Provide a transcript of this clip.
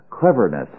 cleverness